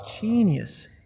genius